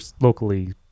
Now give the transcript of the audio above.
locally